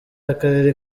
y’akarere